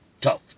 tough